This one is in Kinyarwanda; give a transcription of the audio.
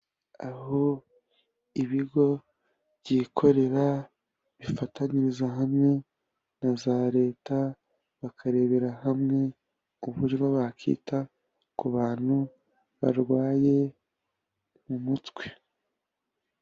Aho ibigo byikorera bifatanyiriza hamwe na za Leta, bakarebera hamwe uburyo bakita ku bantu barwaye mu mutwe.